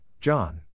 John